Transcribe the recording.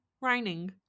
raining